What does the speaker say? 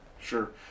Sure